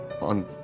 on